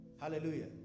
Hallelujah